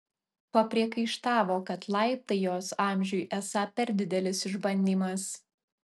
papriekaištavo kad laiptai jos amžiui esą per didelis išbandymas